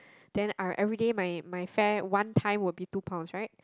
then I everyday my my fare one time will be two pounds right